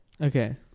Okay